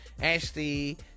ashley